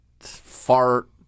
Fart